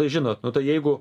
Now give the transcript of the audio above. tai žinot nu tai jeigu